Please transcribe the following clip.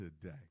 today